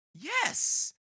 Yes